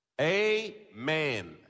Amen